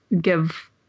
give